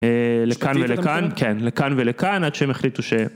לכאן ולכאן, כן, לכאן ולכאן עד שהם החליטו ש...